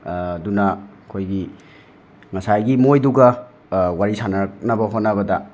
ꯑꯗꯨꯅ ꯑꯩꯈꯣꯏꯒꯤ ꯉꯁꯥꯏꯒꯤ ꯃꯣꯏꯗꯨꯒ ꯋꯥꯔꯤ ꯁꯅꯥꯔꯛꯅꯕ ꯍꯣꯠꯅꯕꯗ